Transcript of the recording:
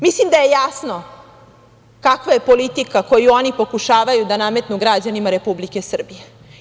Mislim da je jasno kakva je politika koju oni pokušavaju da nametnu građanima Republike Srbije.